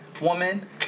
woman